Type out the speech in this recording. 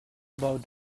about